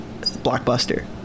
blockbuster